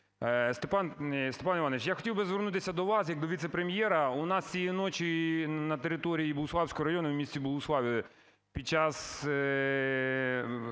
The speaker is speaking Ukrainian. Степан Іванович, я хотів би звернутися до вас як до віце-прем'єра. У нас цієї ночі на території Богуславського району в місті Богуславі під час,